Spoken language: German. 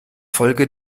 folge